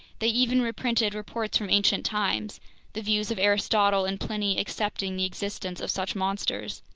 they even reprinted reports from ancient times the views of aristotle and pliny accepting the existence of such monsters,